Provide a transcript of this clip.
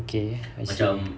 okay I see